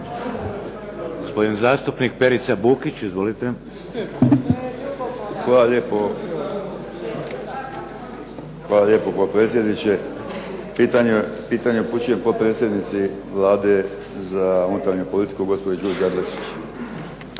upućujem potpredsjednici Vlade za unutarnju politiku, gospođi Đurđi Adlešić.